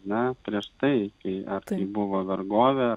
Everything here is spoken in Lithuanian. na prieš tai kai ar tai buvo vergovė